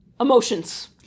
emotions